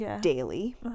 daily